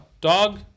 Dog